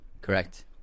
Correct